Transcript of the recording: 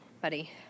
buddy